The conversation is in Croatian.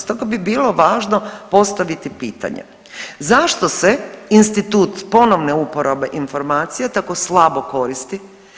Stoga bi bilo važno postaviti pitanje, zašto se institut ponovne uporabe informacija tako slabo koristi?